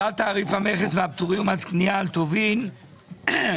צו תעריף המכס והפטורים ומס קנייה על טובין (הוראת